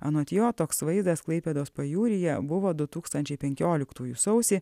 anot jo toks vaizdas klaipėdos pajūryje buvo du tūkstančiai penkioliktųjų sausį